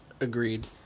Agreed